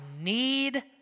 need